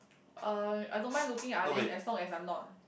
uh I don't mind looking ah lian as long as I'm not